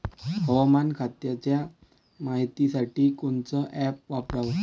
हवामान खात्याच्या मायतीसाठी कोनचं ॲप वापराव?